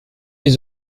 les